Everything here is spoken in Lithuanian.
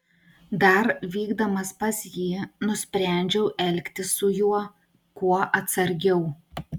dar vykdamas pas jį nusprendžiau elgtis su juo kuo atsargiau